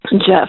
Jeff